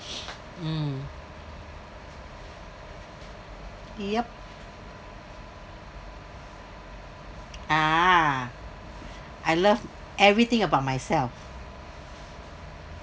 mm yup ah I love everything about myself